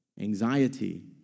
Anxiety